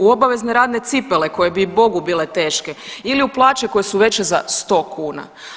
U obavezne radne cipele koje bi i Bogu bile teške ili u plaće koje su veće za 100 kuna.